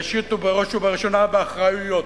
ראשית ובראש ובראשונה באחריויות.